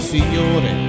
Signore